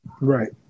Right